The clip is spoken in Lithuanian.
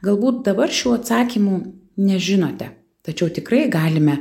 galbūt dabar šių atsakymų nežinote tačiau tikrai galime